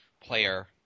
player